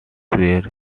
were